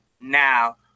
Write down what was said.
now